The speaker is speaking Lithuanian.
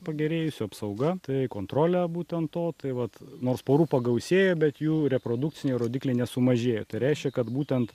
pagerėjusiu apsauga tai kontrolė būtent to tai vat nors porų pagausėjo bet jų reprodukciniai rodikliai nesumažėjo tai reiškia kad būtent